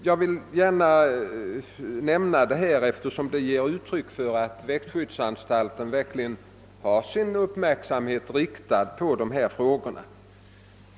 Jag vill gärna nämna detta, eftersom det gör klart att växtskyddsanstalten verkligen har sin uppmärksamhet riktad på dessa frågor.